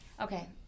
Okay